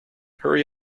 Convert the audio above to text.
hurry